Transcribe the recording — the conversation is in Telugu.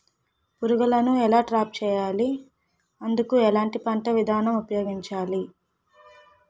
పురుగులను ఎలా ట్రాప్ చేయాలి? అందుకు ఎలాంటి పంట విధానం ఉపయోగించాలీ?